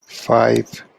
five